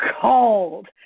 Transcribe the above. cold